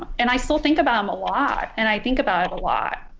and i still think about him a lot and i think about it a lot